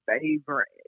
favorite